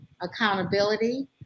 accountability